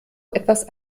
etwas